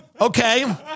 Okay